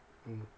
mm